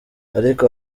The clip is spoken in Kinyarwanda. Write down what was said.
ariko